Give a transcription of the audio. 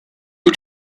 who